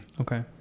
Okay